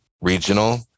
regional